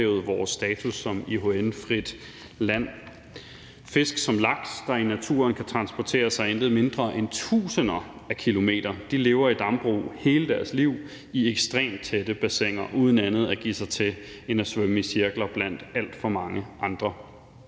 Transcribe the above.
vi fik ophævet vores status som IHN-frit land. Fisk som laks, der i naturen kan transportere sig intet mindre end tusinder af kilometer, lever i dambrug hele deres liv i ekstremt tætpakkede bassiner uden andet at give sig til end at svømme i cirkler blandt alt for mange andre.